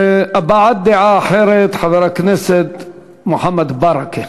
הבעת דעה אחרת, חבר הכנסת מוחמד ברכה.